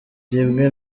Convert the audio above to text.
rimwe